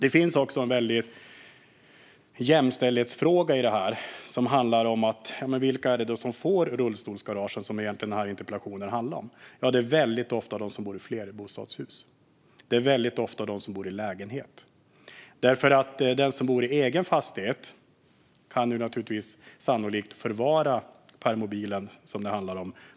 I detta finns en stor jämställdhetsfråga. Det handlar om vilka som får rullstolsgarage, som interpellationen egentligen handlar om. Ofta är det de som bor i flerbostadshus och i lägenhet. För den som bor i egen fastighet är det sannolikt lättare att förvara permobilen, som det handlar om.